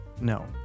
No